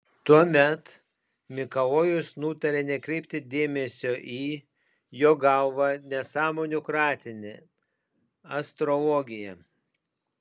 tuomet mikalojus nutarė nekreipti dėmesio į jo galva nesąmonių kratinį astrologiją